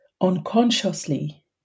unconsciously